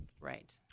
Right